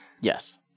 yes